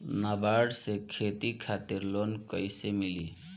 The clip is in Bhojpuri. नाबार्ड से खेती खातिर लोन कइसे मिली?